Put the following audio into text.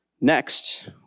next